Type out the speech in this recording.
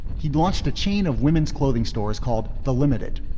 he'd launched a chain of women's clothing stores called the limited,